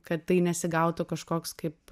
kad tai nesigautų kažkoks kaip